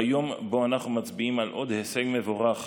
ביום שבו אנחנו מצביעים על עוד הישג מבורך